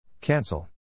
Cancel